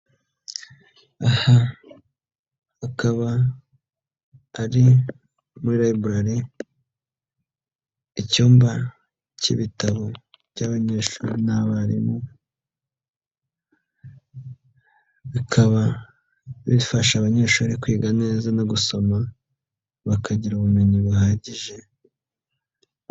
Aha akaba ari muri layiburali, icyumba cy'ibitabo by'abanyeshuri n'abarimu, bikaba bifasha abanyeshuri kwiga neza no gusoma, bakagira ubumenyi buhagije.